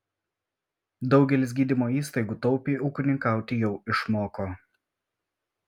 daugelis gydymo įstaigų taupiai ūkininkauti jau išmoko